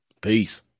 Peace